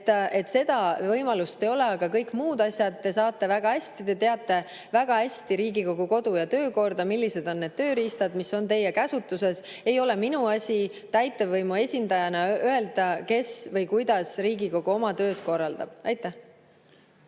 Seda võimalust ei ole, aga kõik muud asjad te saate väga hästi [teha]. Te teate väga hästi Riigikogu kodu‑ ja töökorda, millised on need tööriistad, mis on teie käsutuses. Ei ole minu asi täitevvõimu esindajana öelda, kuidas Riigikogu oma tööd korraldab. Aitäh!